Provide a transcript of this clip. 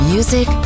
Music